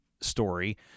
story